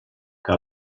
que